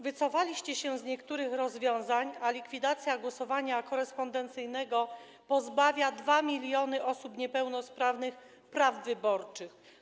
Wycofaliście się z niektórych rozwiązań, ale likwidacja głosowania korespondencyjnego pozbawia 2 mln osób niepełnosprawnych praw wyborczych.